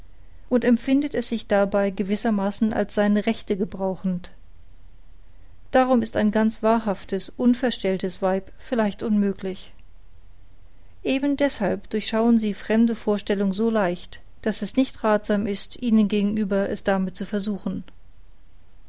und empfindet es sich dabei gewissermaßen als seine rechte gebrauchend darum ist ein ganz wahrhaftes unverstelltes weib vielleicht unmöglich eben deshalb durchschauen sie fremde verstellung so leicht daß es nicht rathsam ist ihnen gegenüber es damit zu versuchen